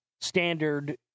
standard